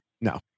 No